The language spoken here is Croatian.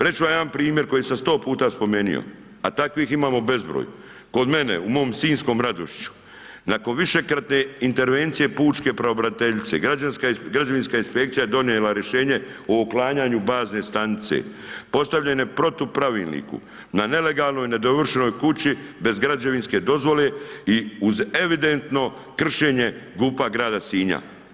Reći ću vam jedan primjer koji sam 100x spomenuo a takvih imamo bezbroj, kod mene u mom sinjskom Radošiću, nakon višekratne intervencije pučke pravobraniteljice građevinska inspekcija je donijela rješenje o uklanjanju bazne stanice postavljene protu pravilniku na nelegalnoj i nedovršenoj kući bez građevinske dozvole i uz evidentno kršenje GUP-a grada Sinja.